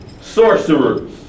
Sorcerers